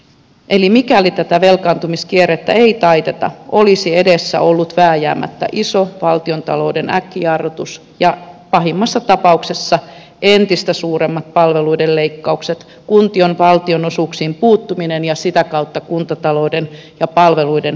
eli mikäli tätä velkaantumiskierrettä ei taiteta olisi edessä ollut vääjäämättä iso valtiontalouden äkkijarrutus ja pahimmassa tapauksessa entistä suuremmat palveluiden leikkaukset kuntien valtionosuuksiin puuttuminen ja sitä kautta kuntatalouden ja palve luiden heikennykset